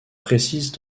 précise